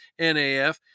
NAF